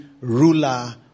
ruler